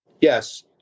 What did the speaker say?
yes